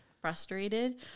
frustrated